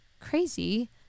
crazy